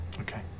Okay